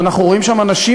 ואנחנו רואים שם אנשים,